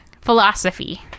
philosophy